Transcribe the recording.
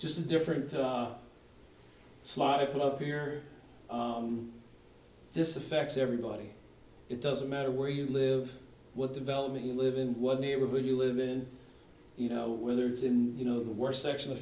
just different slavic love here this affects everybody it doesn't matter where you live what development you live in what neighborhood you live in you know whether it's in you know the worst section of